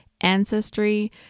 ancestry